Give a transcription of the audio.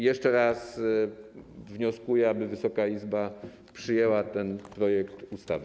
Jeszcze raz wnioskuję, aby Wysoka Izba przyjęła ten projekt ustawy.